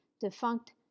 Defunct